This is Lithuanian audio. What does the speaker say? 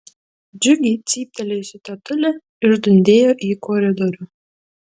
džiugiai cyptelėjusi tetulė išdundėjo į koridorių